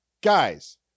Guys